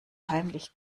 heimlich